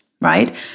right